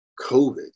COVID